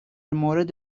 مورد